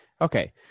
Okay